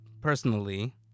personally